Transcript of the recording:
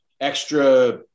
extra